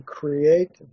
create